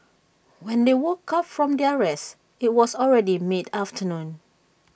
when they woke up from their rest IT was already mid afternoon